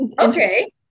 okay